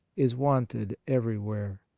is wanted everywhere.